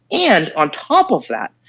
and on top of that,